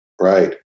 right